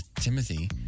Timothy